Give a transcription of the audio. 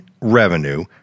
revenue